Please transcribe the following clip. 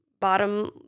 bottom